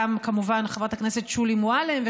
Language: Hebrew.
כמובן חברת הכנסת שולי מועלם,